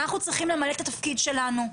אנחנו צריכים למלא את התפקיד שלנו.